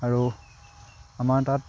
আৰু আমাৰ তাত